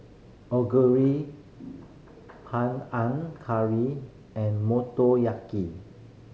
Onigiri Curry and Motoyaki